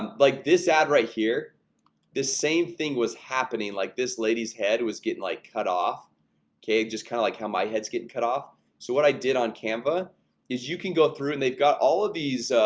like this ad right here this same thing was happening like this lady's head was getting like cut off cave just kind of like how my heads getting cut off so what i did on canva is you can go through and they've got all of these